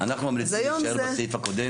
אנחנו ממליצים להישאר בסעיף הקודם.